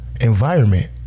environment